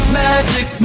magic